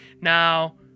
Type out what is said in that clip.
now